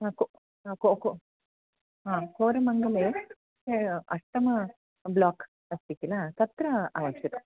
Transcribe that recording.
ह को को को हा कोरमङ्गले अष्टमं ब्लाक् अस्ति किल तत्र आवश्यकम्